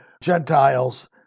Gentiles